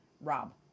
Rob